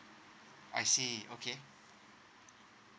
I see okay